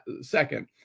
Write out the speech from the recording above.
second